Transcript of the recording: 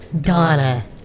Donna